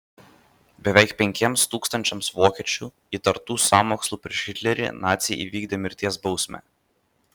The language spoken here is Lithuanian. beveik penkiems tūkstančiams vokiečių įtartų sąmokslu prieš hitlerį naciai įvykdė mirties bausmę